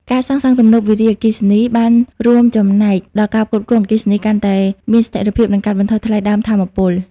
ការសាងសង់ទំនប់វារីអគ្គិសនី បានរួមចំណែកដល់ការផ្គត់ផ្គង់អគ្គិសនីកាន់តែមានស្ថិរភាព និងកាត់បន្ថយថ្លៃដើមថាមពល។